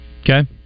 Okay